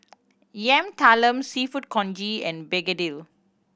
Yam Talam Seafood Congee and begedil